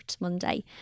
Monday